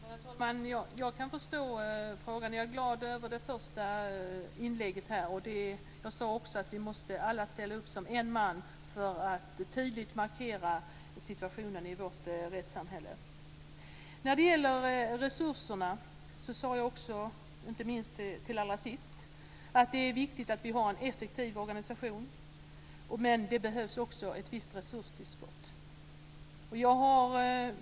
Herr talman! Jag kan förstå frågan. Jag är glad över den första delen av inlägget. Jag sade också att vi alla måste ställa upp som en man för att tydligt markera situationen i vårt rättssamhälle. När det gäller resurserna sade jag också allra sist att det är viktigt att vi har en effektiv organisation, men det behövs också ett visst resurstillskott.